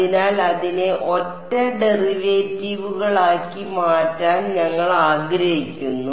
അതിനാൽ അതിനെ ഒറ്റ ഡെറിവേറ്റീവുകളാക്കി മാറ്റാൻ ഞങ്ങൾ ആഗ്രഹിക്കുന്നു